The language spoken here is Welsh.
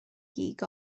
gig